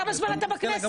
כמה זמן אתה בכנסת?